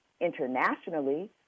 Internationally